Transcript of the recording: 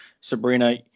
Sabrina